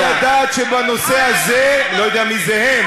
הם צריכים לדעת שבנושא הזה" אני לא יודע מי זה הם,